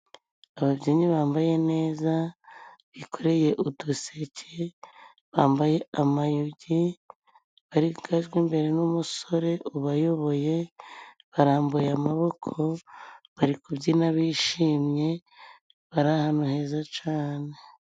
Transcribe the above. Ababyinnyi bambaye neza, bikoreye uduseke, bambaye amayugi, barangajwe imbere n'umusore ubayoboye, barambuye amaboko, bari kubyina bishimye, bari ahantu heza cane.